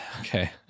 Okay